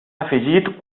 afegit